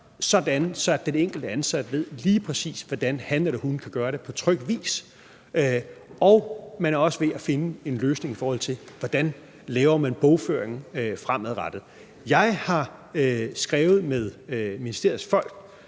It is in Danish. sådan at den enkelte ansatte ved, lige præcis hvordan han eller hun kan gøre det på tryg vis. Og man er også ved at finde en løsning, i forhold til hvordan man laver bogføringen fremadrettet. Jeg har skrevet med ministeriets folk,